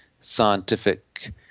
scientific